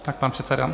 Tak pan předseda.